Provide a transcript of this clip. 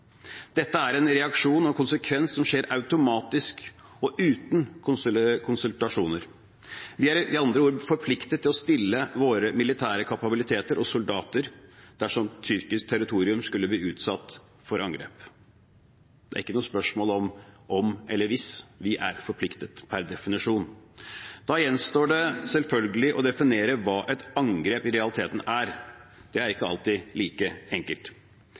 Dette er en reaksjon og konsekvens som skjer automatisk og uten konsultasjoner. Vi er med andre ord forpliktet til å stille med våre militære kapabiliteter og soldater dersom tyrkisk territorium skulle bli utsatt for angrep. Det er ikke noe spørsmål om om eller hvis – vi er forpliktet per definisjon. Da gjenstår det selvfølgelig å definere hva et angrep i realiteten er. Det er ikke alltid like enkelt.